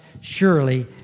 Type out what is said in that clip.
surely